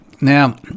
Now